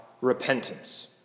repentance